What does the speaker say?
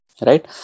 right